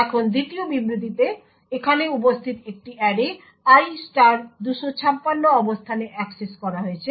এখন দ্বিতীয় বিবৃতিতে এখানে উপস্থিত একটি অ্যারে i 256 অবস্থানে অ্যাক্সেস করা হয়েছে